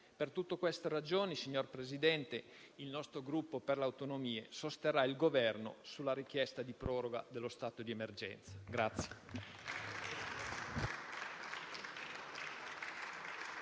Per tutte queste ragioni, signor Presidente, il Gruppo Per le Autonomie sosterrà il Governo sulla richiesta di proroga dello stato di emergenza.